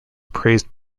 praised